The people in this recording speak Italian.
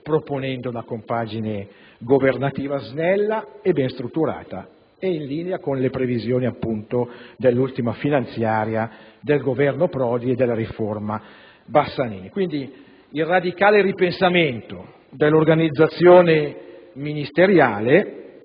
proponendo una compagine governativa snella e ben strutturata e in linea con le previsioni dell'ultima finanziaria del Governo Prodi e della riforma Bassanini. Il radicale ripensamento dell'organizzazione ministeriale